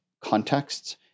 contexts